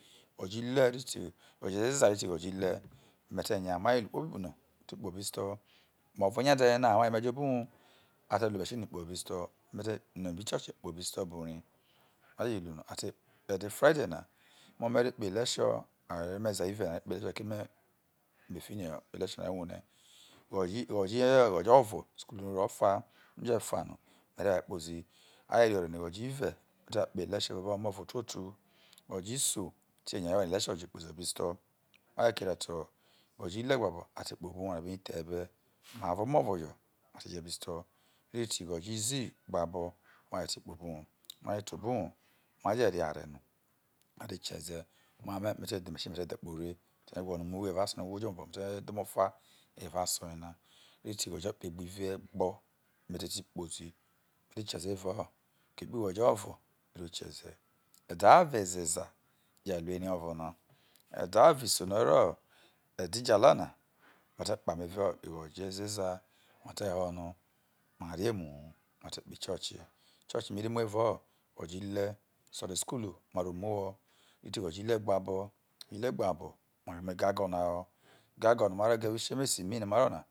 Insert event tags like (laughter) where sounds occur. Igho̱joo̱ ihre̱ rite igho̱jo̱ ezeza rite igho̱jo̱ ihre̱ me̱ te̱ nya ma je ru kpobi no, ma te kpobo̱ isto̱ me̱ o̱vo̱ nya e̱de̱ yena aye me̱jo̱ obo̱ uwoi a te rro machine kpobo̱ isto̱ bru rai a je̱ ru no ate (hesitation) e̱de̱ friday na emo̱ me̱ re kpoho lecture a emezaeive̱ me̱ keme me fi rai lecture no̱ a wuhre igho̱jo̱ igho̱jo̱ ihre̱ igho̱jo̱ o̱vo̱. Isukulurai ro̱ fa o̱ je̱ fano me̱ re̱ waoe kpohi lecture obo̱ omouutotu. Igho̱jo̱ iso, me̱te̱ nyai woaeno obo̱ lecture zio̱ obo̱ isto̱ maje keria te igho̱jo̱ ihre̱ gbabo̱, ma te kpobo̱ uwou nya the e̱be̱ me̱ avo̱ o̱mo̱ o̱vo̱ jo̱ mate jo̱ obo̱ isto̱ oke je te igho̱jo̱ izii gbabo̱ ma reti kpobo̱ uwa, ma je te obo̱ uwou ma je̱ re̱ are no mare kie̱ze̱ me̱ omame̱ me̱ re̱ dhe machine kpobo ore eiiao aso yene ugho gve rre ome̱ obo̱ho̱ me̱ re̱ dhe̱ opa evao aso yena rite igho̱jo̱ ikpegbive̱ gbo̱ me re te̱ ti kpozi me re kieze evao igho̱jo̱ o̱un me re kie̱ze̱ e̱de̱ avo̱ ezeza je ruo ere o̱vona e̱de̱ avo̱ isoino̱ o̱rro̱ e̱dijala na me̱ re̱ kpama evao igho̱jo̱ ihre̱ gbabo̱ ihre̱gbabo̱ ma re mu egago̱na ho̱ egago̱no̱ ma re̱ go evao iaeme ci mai no̱ ma rro̱na.